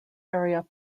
area